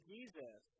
Jesus